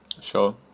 Sure